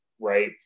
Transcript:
right